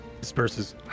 Disperses